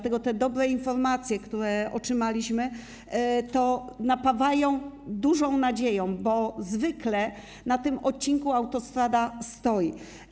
Te dobre informacje, które otrzymaliśmy, napawają dużą nadzieją, bo zwykle na tym odcinku autostrada stoi.